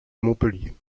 montpellier